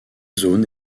zone